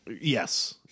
Yes